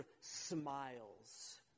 smiles